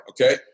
okay